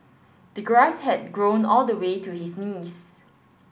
the grass had grown all the way to his knees